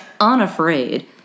unafraid